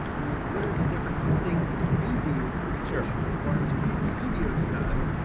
and then what are the different things that you do, or i should say barnes creative studios does,